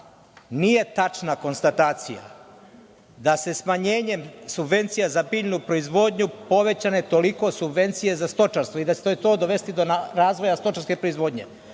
nije tačna konstatacija da su smanjenjem subvencija za biljnu proizvodnju povećane toliko subvencije za stočarstvo i da će to dovesti do razvoja stočarske proizvodnje.